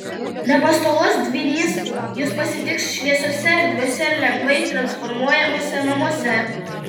nepastovus dvynys jus pasitiks šviesiuose erdviuose ir lengvai transformuojamuose namuose